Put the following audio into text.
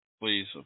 Please